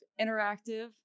Interactive